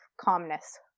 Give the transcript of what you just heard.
calmness